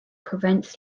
prevents